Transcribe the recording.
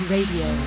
Radio